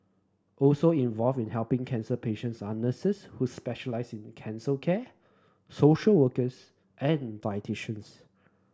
also involved in helping cancer patients are nurses who specialise in cancer care social workers and dietitians